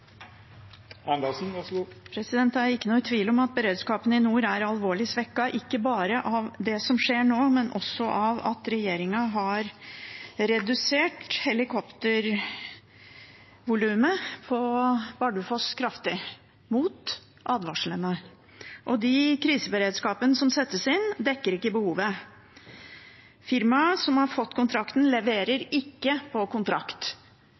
alvorlig svekket, ikke bare av det som skjer nå, men også av at regjeringen har redusert helikoptervolumet på Bardufoss kraftig – mot advarslene. Og den kriseberedskapen som settes inn, dekker ikke behovet. Firmaet som har fått kontrakten, leverer ikke på kontrakt.